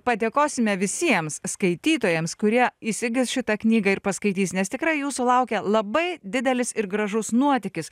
padėkosime visiems skaitytojams kurie įsigis šitą knygą ir paskaitys nes tikrai jūsų laukia labai didelis ir gražus nuotykis